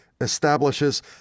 establishes